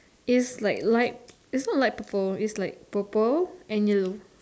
is like light is not light purple is like purple and yellow